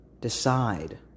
decide